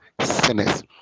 sinners